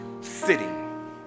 sitting